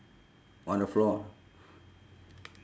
on the floor